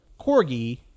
Corgi